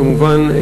כמובן,